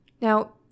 Now